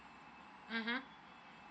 mmhmm